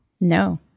No